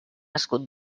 escut